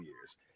years